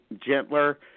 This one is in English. gentler